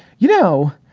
you know,